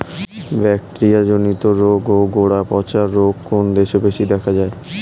Bacteria জনিত রোগ ও গোড়া পচা রোগ কোন দেশে বেশি দেখা যায়?